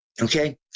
okay